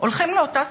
הולכים לאותו צבא.